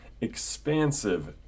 expansive